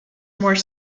more